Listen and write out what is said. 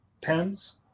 pens